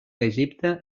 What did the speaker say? egipte